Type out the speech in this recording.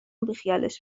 بیخیالش